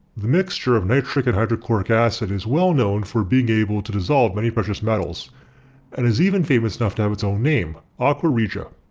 the mixture of nitric and hydrochloric acid is well known for being able to dissolve many precious metals and is even famous enough to have it's own name, aqua regia.